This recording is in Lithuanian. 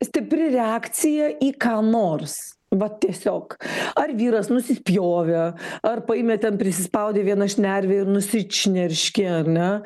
stipri reakcija į ką nors vat tiesiog ar vyras nusispjovė ar paėmė ten prisispaudė vieną šnervę ir nusišnerškė ar ne